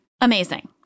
Amazing